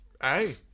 hey